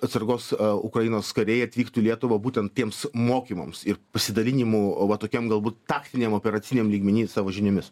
atsargos a ukrainos kariai atvyktų į lietuvą būtent tiems mokymams ir pasidalinimų va tokiam galbūt taktiniam operaciniam lygmeny savo žiniomis